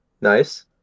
nice